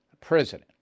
president